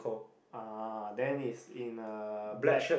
uh then it's in a black